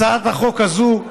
הצעת החוק הזאת.